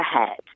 ahead